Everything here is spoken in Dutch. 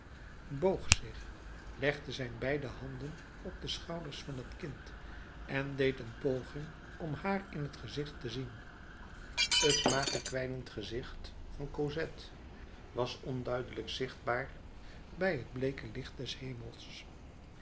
boog zich legde zijn beide handen op de schouders van t kind en deed een poging om haar in t gezicht te zien het mager kwijnend gezicht van cosette was onduidelijk zichtbaar bij het bleeke licht des hemels